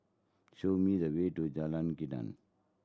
show me the way to Jalan Gendang